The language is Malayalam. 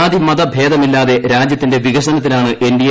ജാതി മതഭേദമില്ലാതെ രാജ്യത്തിന്റെ വികസനത്തിനാണ് എൻ്ട്ഡി്എ